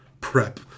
prep